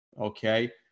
okay